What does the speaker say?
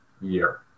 year